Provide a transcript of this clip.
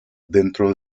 dentro